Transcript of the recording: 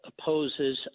opposes